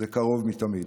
זה קרוב מתמיד.